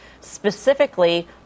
specifically